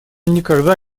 никогда